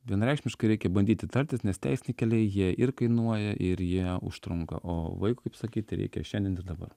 vienareikšmiškai reikia bandyti tartis nes teisiniai keliai jie ir kainuoja ir jie užtrunka o vaikui kaip sakyti reikia šiandien ir dabar